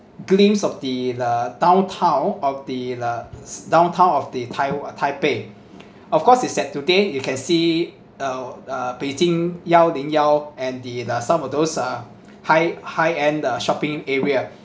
glimpse of the uh downtown of the the downtown of the taiw~ taipei of course is that today you can see uh uh 台北幺零幺 and the the sum of those uh high high end uh shopping area